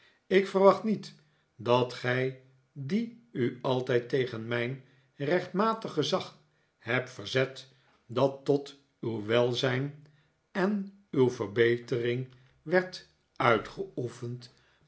ik verwacht niet dat gij die u altijd tegen mijn rechtmatig gezag hebt verzet dat tot uw welzijn en uw verbetering werd uitgeoefend